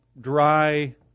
dry